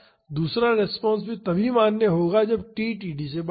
और दूसरा रिस्पांस तभी मान्य होता है जब t td से बड़ा हो